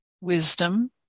wisdom